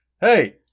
Hey